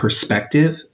perspective